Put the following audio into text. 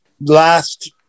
last